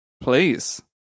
Please